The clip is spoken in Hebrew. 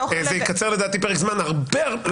לדעתי זה יקצר פרק זמן הרבה יותר.